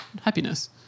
happiness